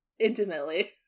intimately